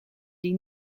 die